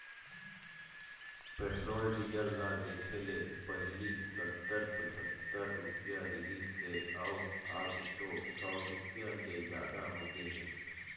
petrol diesel ल देखले पहिली सत्तर, पछत्तर रूपिया रिहिस हे अउ अब तो सौ रूपिया ले जादा होगे हे